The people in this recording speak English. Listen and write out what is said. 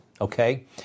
okay